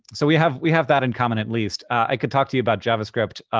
so we have we have that in common at least. i could talk to you about javascript,